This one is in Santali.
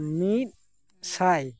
ᱟᱨ ᱢᱤᱫ ᱥᱟᱭ